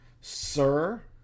sir